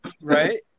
right